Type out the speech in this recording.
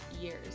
years